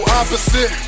opposite